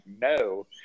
no